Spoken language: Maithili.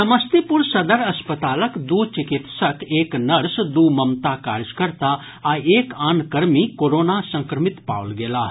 समस्तीपुर सदर अस्पतालक दू चिकित्सक एक नर्स दू ममता कार्यकर्ता आ एक आन कर्मी कोरोना संक्रमित पाओल गेलाह